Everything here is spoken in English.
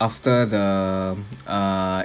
after the err